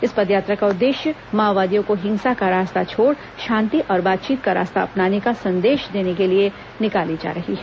यह पदयात्रा का उद्देश्य माओवादियों को हिंसा का रास्ता छोड़ शांति और बातचीत का रास्ता अपनाने का संदेश देने के लिए निकाली जा रही है